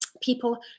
People